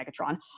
Megatron